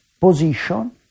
position